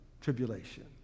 tribulation